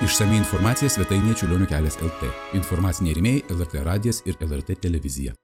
išsami informacija svetainėje čiurlionio kelias lt informaciniai rėmėjai lrt radijas ir lrt televizija